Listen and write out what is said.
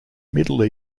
middle